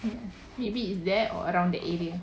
ya maybe it's there or around the area